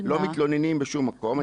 הם לא מתלוננים בשום מקום.